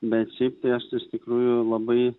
bet šiaip tai aš iš tikrųjų labai